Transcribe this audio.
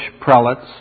prelates